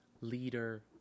leader